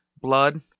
Blood